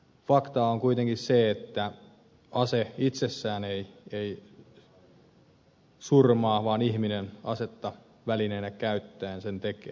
faktaa on kuitenkin se että ase itsessään ei surmaa vaan ihminen asetta välineenä käyttäen sen tekee